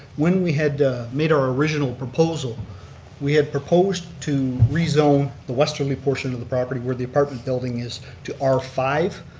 when we had made our original proposal we had proposed to rezone the westerly portion of the property where the apartment building is to r five,